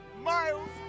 Miles